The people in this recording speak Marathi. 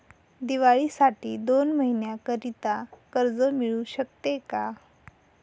दिवाळीसाठी दोन महिन्याकरिता कर्ज मिळू शकते का?